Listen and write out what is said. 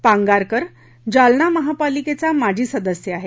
पांगारकर जालना महापलिकेचा माजी सदस्य आहे